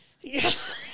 Yes